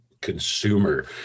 consumer